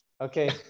okay